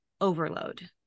overload